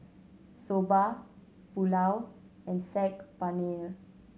Soba Pulao and Saag Paneer